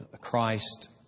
Christ